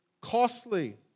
costly